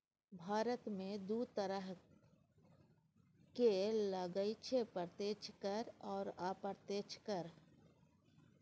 भारतमे दू तरहक कर लागैत छै प्रत्यक्ष कर आ अप्रत्यक्ष कर